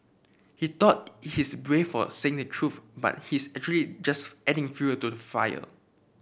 he thought he's brave for saying the truth but he's actually just adding fuel to the fire